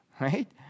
right